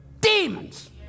demons